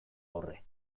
aurre